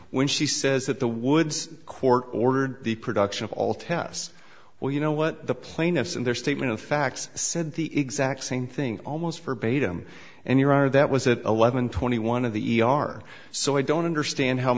when she says that the woods court ordered the production of all tests or you know what the plaintiffs in their statement of facts said the exact same thing almost verbatim and your honor that was at eleven twenty one of the e r so i don't understand how